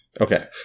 Okay